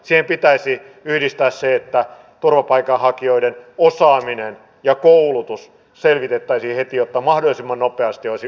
siihen pitäisi yhdistää se että turvapaikanhakijoiden osaaminen ja koulutus selvitettäisiin heti jotta mahdollisimman nopeasti olisi pääsy työmarkkinoille